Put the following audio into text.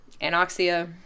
anoxia